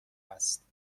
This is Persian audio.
است